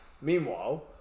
Meanwhile